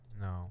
No